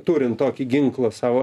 turint tokį ginklą savo